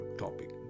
topic